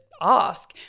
ask